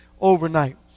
overnight